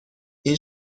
این